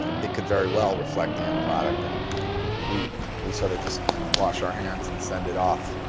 it can very well reflect the end product and we we sort of just wash our hands and send it off.